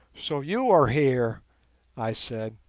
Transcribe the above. so you are here i said.